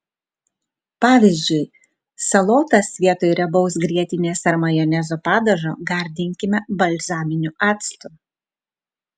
pavyzdžiui salotas vietoj riebaus grietinės ar majonezo padažo gardinkime balzaminiu actu